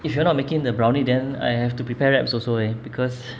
if you are not making the brownie then I have to prepare wraps also eh because